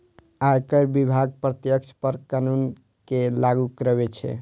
आयकर विभाग प्रत्यक्ष कर कानून कें लागू करै छै